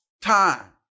time